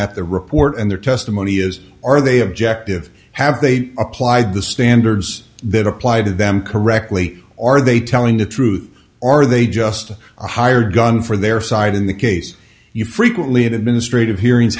at the report and their testimony is are they objective have they applied the standards that apply to them correctly are they telling the truth are they just a hired gun for their side in the case you frequently administrative hearings